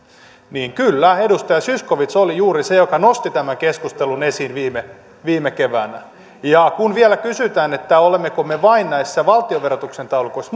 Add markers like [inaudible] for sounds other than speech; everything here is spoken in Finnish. kyllä edustaja zyskowicz oli juuri se joka nosti tämän keskustelun esiin viime viime keväänä kun vielä kysytään että olemmeko me vain näissä valtionverotuksen taulukoissa [unintelligible]